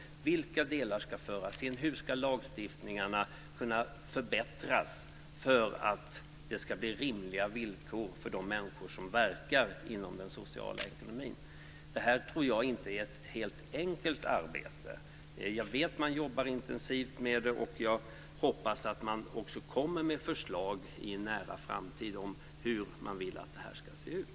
Vilka delar ska föras in? Hur ska lagstiftningen kunna förbättras för att det ska bli rimliga villkor för de människor som verkar inom den sociala ekonomin? Det här tror jag inte är ett helt enkelt arbete. Jag vet att man jobbar intensivt med det, och jag hoppas att man också kommer med förslag i en nära framtid om hur man vill att detta ska se ut.